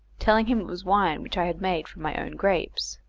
telling him it was wine which i had made from my own grapes.